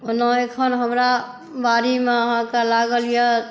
ओना अखन हमरा बाड़ीमे अहाँके लागल यऽ